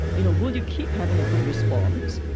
you know will you keep having a good response,